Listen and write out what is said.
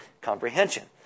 comprehension